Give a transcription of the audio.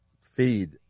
feed